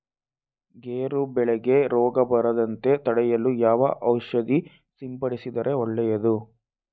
ಗೇರು ಬೆಳೆಗೆ ರೋಗ ಬರದಂತೆ ತಡೆಯಲು ಯಾವ ಔಷಧಿ ಸಿಂಪಡಿಸಿದರೆ ಒಳ್ಳೆಯದು?